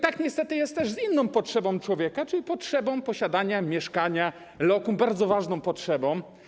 Tak też jest niestety z inną potrzebą człowieka, czyli potrzebą posiadania mieszkania, lokum, bardzo ważną potrzebą.